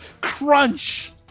Crunch